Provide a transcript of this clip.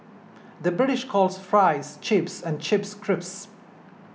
the British calls Fries Chips and Chips Crisps